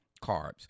carbs